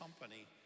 company